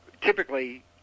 typically